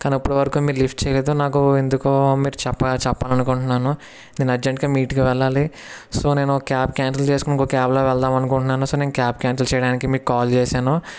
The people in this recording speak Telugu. కానప్పటి వరకు మీరు లిఫ్ట్ చేయలేదు నాకు ఎందుకో మీరు చెప్ప చెప్పాలనుకుంటున్నాను నేను అర్జెంట్గా మీట్కి వెళ్ళాలి సో నేను క్యాబ్ క్యాన్సిల్ చేసుకొని ఇంకో క్యాబ్లో వెళదామని అనుకుంటున్నాను సర్ నేను క్యాబ్ క్యాన్సిల్ చేయడానికి మీకు కాల్ చేసాను